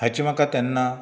हाचे म्हाका तेन्ना